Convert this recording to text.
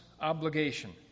obligation